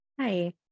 Hi